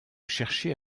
chercher